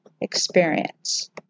experience